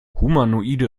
humanoide